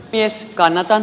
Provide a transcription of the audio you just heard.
mies kannatan